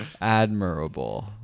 Admirable